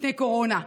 תקני קורונה,